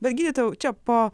bet gydytojau čia po